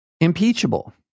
impeachable